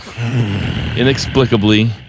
inexplicably